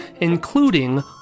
including